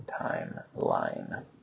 timeline